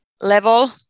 level